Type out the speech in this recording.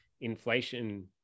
inflation